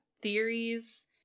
theories